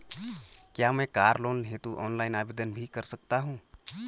क्या मैं car loan हेतु ऑनलाइन आवेदन भी कर सकता हूँ?